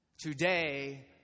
Today